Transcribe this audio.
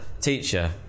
teacher